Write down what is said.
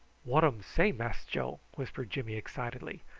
what um say, mass joe? whispered jimmy excitedly.